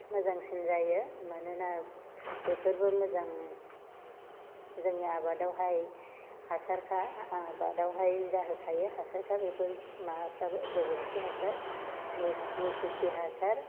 मोजांसिन जायो मानोना बेफोरबो मोजां जोंनि आबादावहाय हासारखा आबादावहाय जाहोखायो बेफोर माबाफ्राबो गोबोर खि हासार मैसो मैसो खि हासार